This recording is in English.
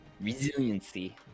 resiliency